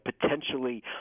potentially